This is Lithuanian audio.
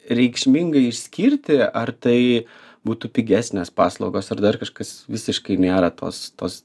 reikšmingai išskirti ar tai būtų pigesnės paslaugos ar dar kažkas visiškai nėra tos tos